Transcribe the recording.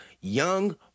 young